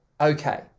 okay